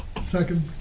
Second